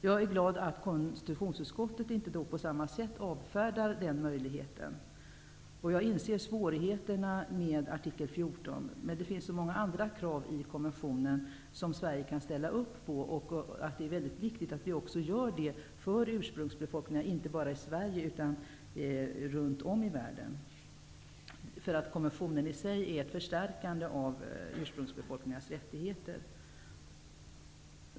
Jag är glad att konstitutionsutskottet inte på samma sätt avfärdar den möjligheten. Jag inser svårigheterna med artikel 14, men det finns så många andra krav i konventionen som Sverige kan ställa upp på. Det är väldigt viktigt att vi också gör det, inte bara när det gäller ursprungsbefolkningar i Sverige, utan runt om i världen. Konventionen i sig är nämligen ett förstärkande av ursprungsbefolkningars rättigheter.